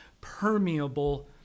permeable